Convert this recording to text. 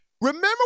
remember